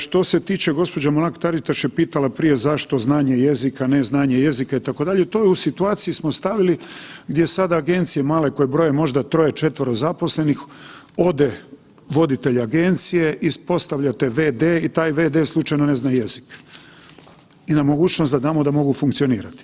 Što se tiče gospođa Mrak Taritaš je pitala prije zašto znanje jezika, ne znanje jezika itd. to je u situaciji smo stavili gdje sada agencije male koje broje možda troje, četvero zaposlenih ode voditelj agencija ispostavljate vd i taj vd slučajno ne zna jezik i na mogućnost da damo da mogu funkcionirati.